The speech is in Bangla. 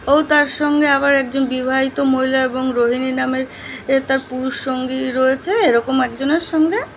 ও তার সঙ্গে আবার একজন বিবাহিত মহিলা এবং রোহিণী নামের এ তার পুরুষ সঙ্গী রয়েছে এরকম একজনের সঙ্গে